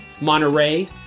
Monterey